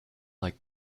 like